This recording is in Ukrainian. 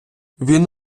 він